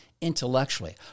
intellectually